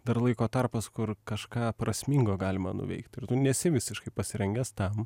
dar laiko tarpas kur kažką prasmingo galima nuveikt ir tu nesi visiškai pasirengęs tam